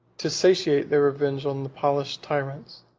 to satiate their revenge on the polished tyrants,